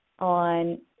on